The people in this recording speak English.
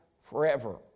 forever